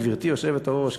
גברתי היושבת-ראש,